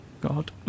God